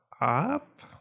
up